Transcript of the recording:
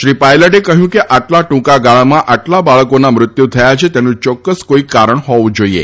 શ્રી પાયલટે કહ્યું કે આટલા ટૂંકાગાળામાં આટલા બાળકોના મૃત્યુ થયા છે તેનું ચોક્કસ કોઇ કારણ હોવું જોઇએ